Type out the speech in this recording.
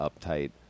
uptight